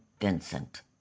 Vincent